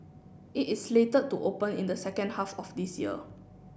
it is slated to open in the second half of this year